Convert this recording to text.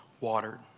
watered